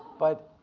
but